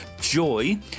joy